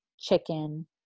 chicken